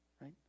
right